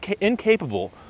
incapable